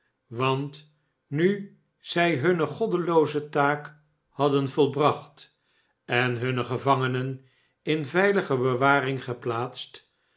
want nu zij hunne oddelooze taak hadden volbracht en hunne gevangenen in veilige bewaring gepkatst